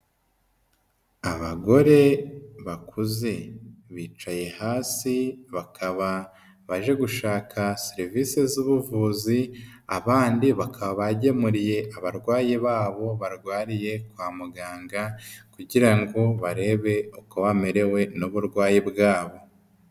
Abagore bakuze, bicaye hasi bakaba baje gushaka serivisi zubuvuzi, abandi bakaba bagemuriye abarwayi babo barwariye kwa muganga kugira ngo barebe uko bamerewe n'uburwayi bwabo.